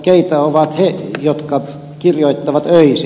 keitä ovat he jotka kirjoittavat öisin